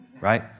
right